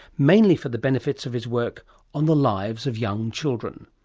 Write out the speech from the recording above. mainly for the benefits of his work on the lives of young children.